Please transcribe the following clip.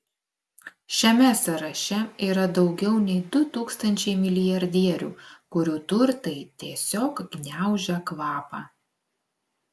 šiame sąraše yra daugiau nei du tūkstančiai milijardierių kurių turtai tiesiog gniaužia kvapą